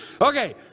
Okay